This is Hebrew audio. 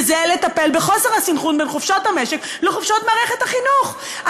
וזה לטפל בין חוסר הסנכרון בין חופשות המשק לחופשות מערכת החינוך.